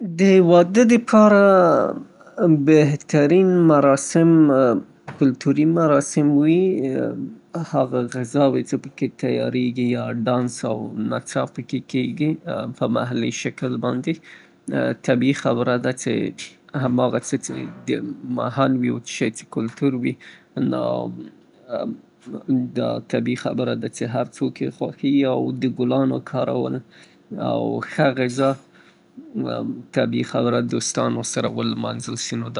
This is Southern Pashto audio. زما په نظر یو مثالي واده داسې یو واده يي څې په یو باغ کې تر سره سي البته که شخص مالي توانایي کمه یي او اضافی او بې جایه مصارفاتو نه جلوګیري وسی. هغه موسیقي چه ډیر اواز یې اوچت وي او په غوږو هم بد تاثیر لري د هغه پر ځای یو ارامه موسیقي پکې وکارول سي او ماحول په څراغونو باندې روښانه یې.